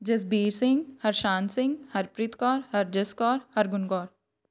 Jasbir Singh Harshan Singh Harpreet Kaur Harjas Kaur Hargun Kaur